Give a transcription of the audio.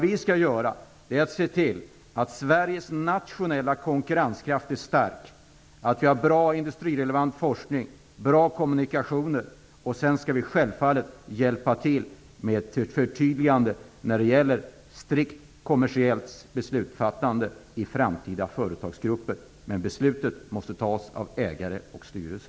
Vi skall se till att Sveriges nationella konkurrenskraft är stark, att vi har bra industrirelevant forskning och bra kommunikationer. Sedan skall vi självfallet hjälpa till med ett förtydligande när det gäller strikt kommersiellt beslutsfattande i framtida företagsgrupper, men besluten måste fattas av ägare och styrelse.